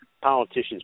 politicians